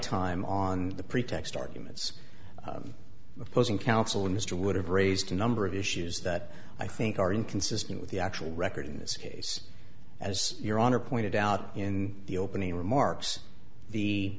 time on the pretext arguments opposing counsel mr wood have raised a number of issues that i think are inconsistent with the actual record in this case as your honor pointed out in the opening remarks the